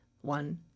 One